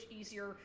easier